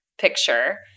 picture